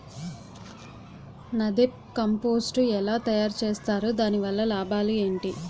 NADEP compost ఎలా తయారు చేస్తారు? దాని వల్ల లాభాలు ఏంటి?